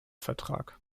vertrag